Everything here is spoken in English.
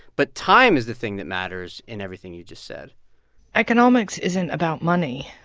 but time is the thing that matters in everything you just said economics isn't about money.